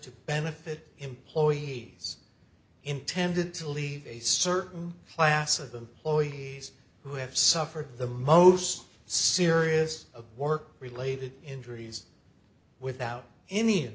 to benefit employees intended to leave a certain class of them chloe's who have suffered the most serious of work related injuries without any